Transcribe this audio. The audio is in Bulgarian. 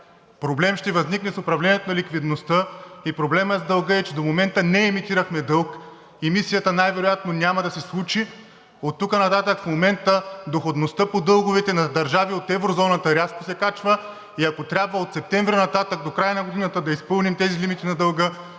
Проблем ще възникне с управлението на ликвидността и проблемът с дълга е, че до момента не емитирахме дълг, и мисията най-вероятно няма да се случи. Оттук нататък доходността по дълговете на държави от еврозоната рязко се качва и ако трябва от септември нататък до края на годината да изпълним тези лимити на дълга,